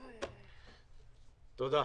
תודה.